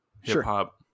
hip-hop